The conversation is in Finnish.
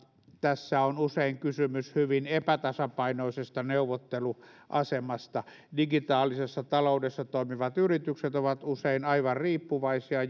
tässä on usein kysymys hyvin epätasapainoisesta neuvotteluasemasta digitaalisessa taloudessa toimivat yritykset ovat usein aivan riippuvaisia